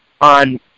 on